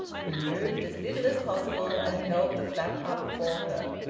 he moved, as little as possible, and held the flap up for her.